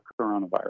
coronavirus